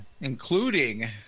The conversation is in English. including